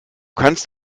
kannst